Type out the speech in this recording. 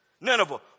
Nineveh